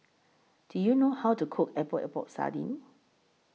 Do YOU know How to Cook Epok Epok Sardin